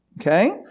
okay